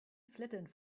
flattened